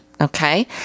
Okay